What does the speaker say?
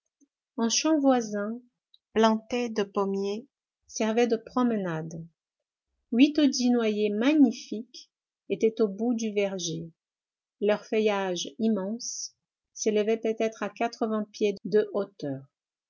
champ voisin planté de pommiers servait de promenade huit ou dix noyers magnifiques étaient au bout du verger leur feuillage immense s'élevait peut-être à quatre-vingts pieds de hauteur